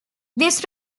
this